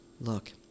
Look